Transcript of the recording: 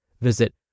Visit